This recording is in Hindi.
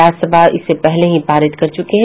राज्य सभा इसे पहले ही पारित कर चुकी है